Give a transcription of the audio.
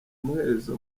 muhezo